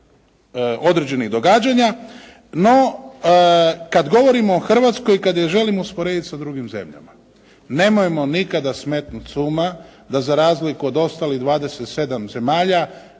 određenih događanja, no kad govorimo o Hrvatskoj i kad je želimo usporediti sa drugim zemljama nemojmo nikada smetnuti s uma da za razliku od ostalih 27 zemalja